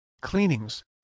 Cleanings